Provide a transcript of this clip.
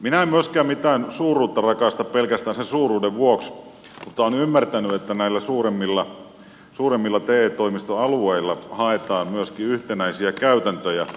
minä en myöskään mitään suuruutta rakasta pelkästään sen suuruuden vuoksi mutta olen ymmärtänyt että suuremmilla te toimistoalueilla haetaan myöskin yhtenäisiä käytäntöjä